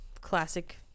classic